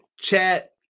Chat